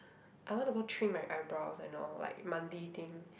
I want to go trim my eyebrows and all like monthly thing